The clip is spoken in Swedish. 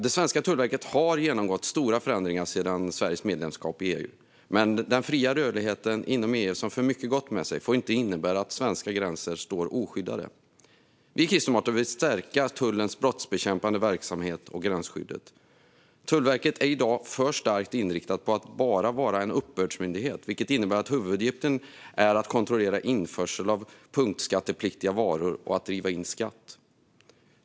Det svenska Tullverket har genomgått stora förändringar sedan Sverige blev medlem i EU. Men den fria rörligheten inom EU, som för mycket gott med sig, får inte innebära att svenska gränser står oskyddade. Vi kristdemokrater vill stärka tullens brottsbekämpande verksamhet och gränsskyddet. Tullverket är i dag för starkt inriktat på att vara en uppbördsmyndighet, vilket innebär att dess huvuduppgift är att kontrollera införseln av punktskattepliktiga varor och driva in skatt.